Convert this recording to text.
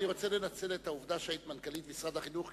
אני רוצה לנצל את העובדה שהיית מנכ"לית משרד החינוך,